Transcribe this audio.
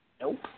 Nope